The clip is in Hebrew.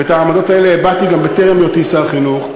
ואת העמדות האלה הבעתי גם טרם היותי שר החינוך.